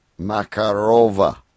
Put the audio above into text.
Makarova